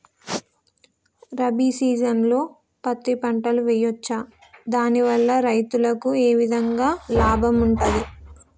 రబీ సీజన్లో పత్తి పంటలు వేయచ్చా దాని వల్ల రైతులకు ఏ విధంగా లాభం ఉంటది?